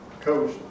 Coach